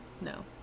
No